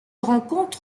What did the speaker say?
rencontre